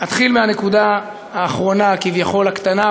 אני אתחיל מהנקודה האחרונה וכביכול הקטנה,